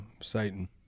Satan